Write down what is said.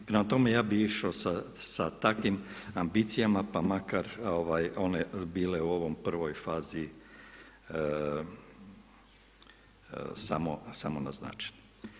Prema tome, ja bi išao sa takvim ambicijama pa makar one bile u ovoj prvoj fazi samo naznačene.